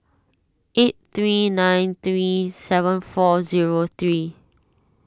eight three nine three seven four zero three